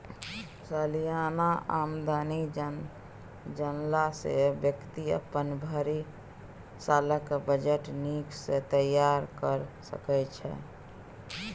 सलियाना आमदनी जनला सँ बेकती अपन भरि सालक बजट नीक सँ तैयार कए सकै छै